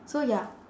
so ya